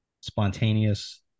spontaneous